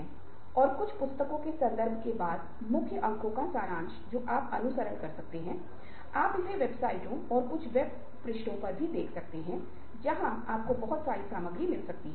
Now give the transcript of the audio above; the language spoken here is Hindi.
इसलिए कि हम अपने पिछले व्याख्यानों को समझाने में सक्षम हैं यदि आप संचार शैली से संबंधित मेरे एक व्याख्यान में याद करते हैं तो मैंने विभिन्न प्रकार की शैलियों पर ध्यान केंद्रित किया है और एक शैली सुकराती थी जिसका अर्थ है इस प्रकार के लोग दूसरों को राजी करने मे बहुत अच्छे हैं